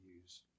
use